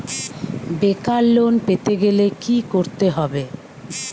বেকার লোন পেতে গেলে কি করতে হবে?